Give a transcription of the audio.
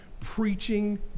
preaching